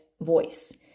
voice